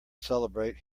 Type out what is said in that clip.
celebrate